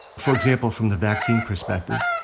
for example, from the vaccine perspective,